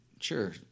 Sure